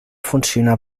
funcionar